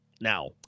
Now